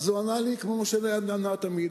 אז הוא ענה לי כמו שמשה דיין ענה תמיד: